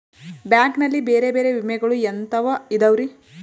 Bank ನಲ್ಲಿ ಬೇರೆ ಬೇರೆ ವಿಮೆಗಳು ಎಂತವ್ ಇದವ್ರಿ?